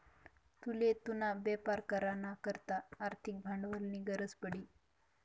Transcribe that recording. तुले तुना बेपार करा ना करता आर्थिक भांडवलनी गरज पडी